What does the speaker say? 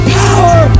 power